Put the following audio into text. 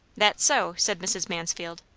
that's so, said mrs. mansfield.